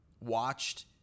watched